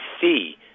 see